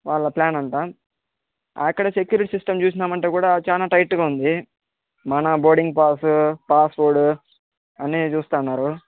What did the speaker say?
వాళ్ళ ప్లానట అక్కడ సెక్యూరిటీ సిస్టం చూసినామంటే కూడా చాలా టైట్గా ఉంది మన బోర్డింగ్ పాస్ పాస్పోర్ట్ అన్ని చూస్తూ ఉన్నారు